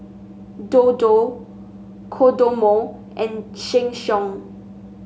Dodo Kodomo and Sheng Siong